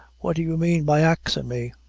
what do you mane by axin' me?